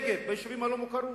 וכן בנגב, ביישובים הלא-מוכרים.